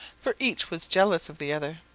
for each was jealous of the other.